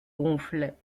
ronflait